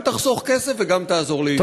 גם תחסוך כסף וגם תעזור לעיוורים.